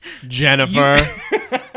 Jennifer